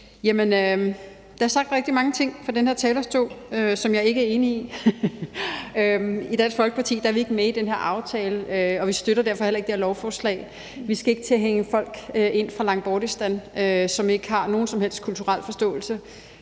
Der er sagt rigtig mange ting fra den her talerstol, som jeg ikke er enig i. Dansk Folkeparti er ikke med i den her aftale, og vi støtter derfor heller ikke det her lovforslag. Vi skal ikke til at hente folk ind fra Langtbortistan, som ikke har nogen som helst kulturel forståelse